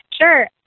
Sure